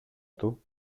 του